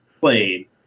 played